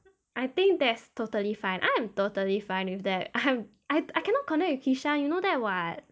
I think that's totally fine I'm totally fine with that I'm I I cannot connect kishan you know that [what]